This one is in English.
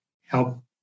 help